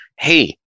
Hey